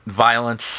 violence